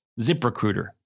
ZipRecruiter